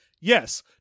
Yes